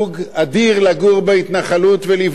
וזה תענוג אדיר לגור בהתנחלות ולבנות שם.